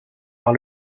par